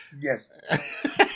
Yes